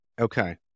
Okay